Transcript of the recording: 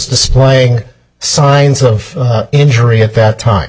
displaying signs of injury at that time